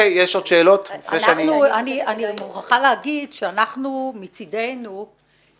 יש עוד שאלות לפני שאני --- אני מוכרחה להגיד שמבחינתנו העניין